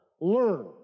learn